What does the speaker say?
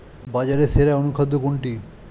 বাজারে সেরা অনুখাদ্য কোনটি?